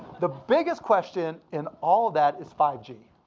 the biggest question in all of that is five g.